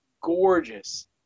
gorgeous